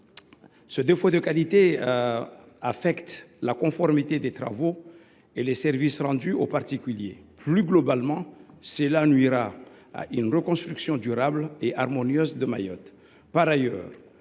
Les défauts de qualité affectent la conformité des ouvrages, donc les services rendus aux particuliers. Plus globalement, ils risquent de nuire à toute reconstruction durable et harmonieuse de Mayotte.